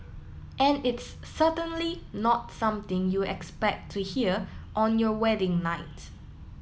and it's certainly not something you expect to hear on your wedding night